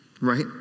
right